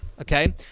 okay